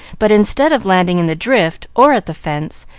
but instead of landing in the drift, or at the fence,